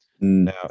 now